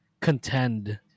contend